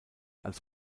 als